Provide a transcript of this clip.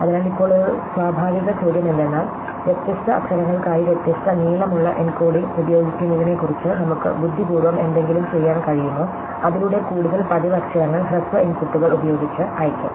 അതിനാൽ ഇപ്പോൾ ഒരു സ്വാഭാവിക ചോദ്യം എന്തെന്നാൽ വ്യത്യസ്ത അക്ഷരങ്ങൾക്കായി വ്യത്യസ്ത നീളമുള്ള എൻകോഡിംഗ് ഉപയോഗിക്കുന്നതിനെക്കുറിച്ച് നമുക്ക് ബുദ്ധിപൂർവ്വം എന്തെങ്കിലും ചെയ്യാൻ കഴിയുമോ അതിലൂടെ കൂടുതൽ പതിവ് അക്ഷരങ്ങൾ ഹ്രസ്വ ഇൻപുട്ടുകൾ ഉപയോഗിച്ച് അയയ്ക്കും